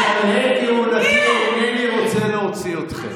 בשלהי כהונתי אינני רוצה להוציא אתכם.